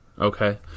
Okay